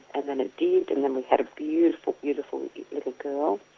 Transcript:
and then it did and then we had a beautiful, beautiful little girl.